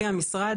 לפי המשרד,